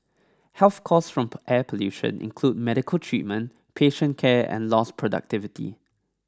health costs from air pollution include medical treatment patient care and lost productivity